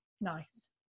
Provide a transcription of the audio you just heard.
nice